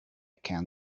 can